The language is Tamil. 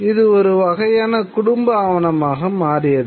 இது ஒரு வகையான குடும்ப ஆவணமாக மாறியது